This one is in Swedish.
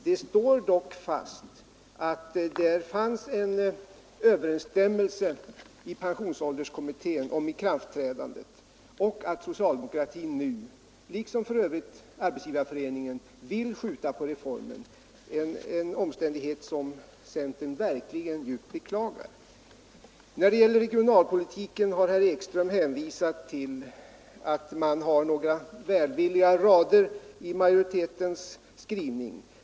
Det står dock fast att det fanns en överensstämmelse i pensionsålderskommittén om ikraftträdandet och att socialdemokratin nu, liksom för övrigt Arbetsgivareföreningen, vill skjuta på reformen — en omständighet som centern verkligen djupt beklagar. När det gäller regionalpolitiken har herr Ekström hänvisat till några välvilliga rader i majoritetens skrivning.